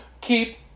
keep